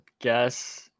guess